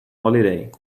holiday